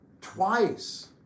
twice